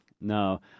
No